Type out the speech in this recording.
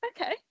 okay